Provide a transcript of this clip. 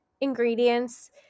ingredients